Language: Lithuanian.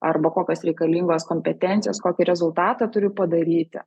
arba kokios reikalingos kompetencijos kokį rezultatą turiu padaryti